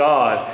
God